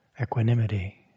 equanimity